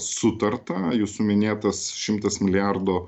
sutarta jūsų minėtas šimtas milijardų